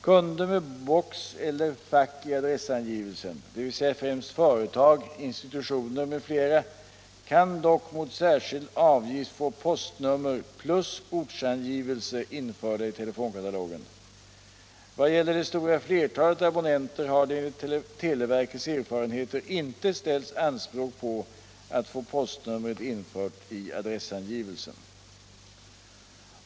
Kunder med box eller fack i adressangivelsen, dvs. främst företag, institutioner m.fl., kan dock mot särskild avgift få postnummer plus ortsangivelse införda i telefonkatalogen. Vad gäller det stora flertalet abonnenter har det enligt televerkets erfarenheter inte ställts anspråk på att få postnumret infört i adressangivelsen.